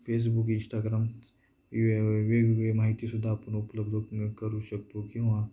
Facebook Instagram व वेगवेगळी माहितीसुद्धा आपण उपलब्ध करू शकतो किंवा